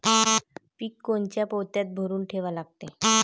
पीक कोनच्या पोत्यात भरून ठेवा लागते?